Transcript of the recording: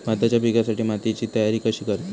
भाताच्या पिकासाठी मातीची तयारी कशी करतत?